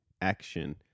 action